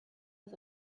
was